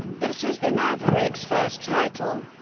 this was the mavericks' first title.